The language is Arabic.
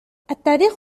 التاريخ